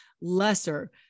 lesser